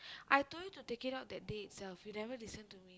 I told you to take it out that day itself you never listen to me